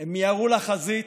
הם מיהרו לחזית,